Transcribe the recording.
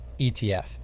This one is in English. ETF